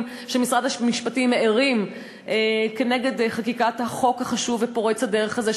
שמשרד המשפטים הערים על חקיקת החוק החשוב ופורץ הדרך הזה.